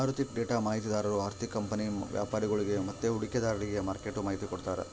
ಆಋಥಿಕ ಡೇಟಾ ಮಾಹಿತಿದಾರು ಆರ್ಥಿಕ ಕಂಪನಿ ವ್ಯಾಪರಿಗುಳ್ಗೆ ಮತ್ತೆ ಹೂಡಿಕೆದಾರ್ರಿಗೆ ಮಾರ್ಕೆಟ್ದು ಮಾಹಿತಿ ಕೊಡ್ತಾರ